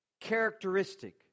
characteristic